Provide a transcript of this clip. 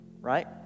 right